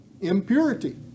impurity